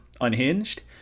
unhinged